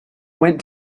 went